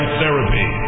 therapy